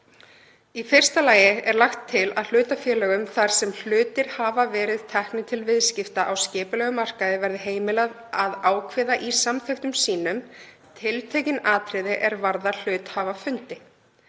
Í fyrsta lagi er lagt til að hlutafélögum þar sem hlutir hafa verið teknir til viðskipta á skipulegum markaði verði heimilað að ákveða í samþykktum sínum tiltekin atriði er varða hluthafafundi.